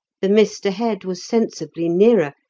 the mist ahead was sensibly nearer,